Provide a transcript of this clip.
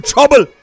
Trouble